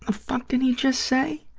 ah fuck did he just say?